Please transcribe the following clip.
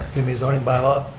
a zoning bylaw.